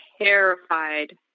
terrified